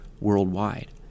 worldwide